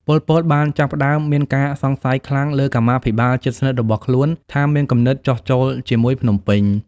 ប៉ុល ពត បានចាប់ផ្ដើមមានការសង្ស័យខ្លាំងលើកម្មាភិបាលជិតស្និទ្ធរបស់ខ្លួនថាមានគំនិតចុះចូលជាមួយភ្នំពេញ។